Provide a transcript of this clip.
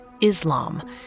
Islam